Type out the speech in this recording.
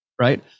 Right